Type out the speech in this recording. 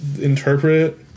Interpret